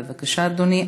בבקשה, אדוני.